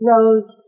Rose